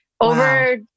over